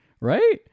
Right